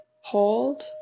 hold